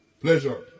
pleasure